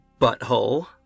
butthole